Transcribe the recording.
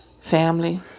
Family